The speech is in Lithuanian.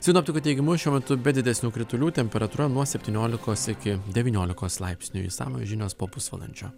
sinoptikų teigimu šiuo metu be didesnių kritulių temperatūra nuo septyniolikos iki devyniolikos laipsnių išsamios žinios po pusvalandžio